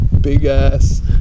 big-ass